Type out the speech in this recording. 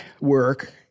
work